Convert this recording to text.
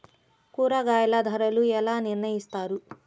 కూరగాయల ధరలు ఎలా నిర్ణయిస్తారు?